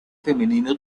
femenino